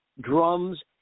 drums